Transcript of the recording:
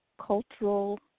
cultural